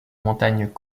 montagnes